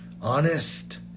honest